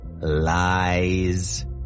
Lies